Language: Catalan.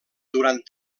durant